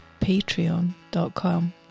patreon.com